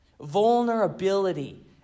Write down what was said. Vulnerability